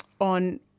on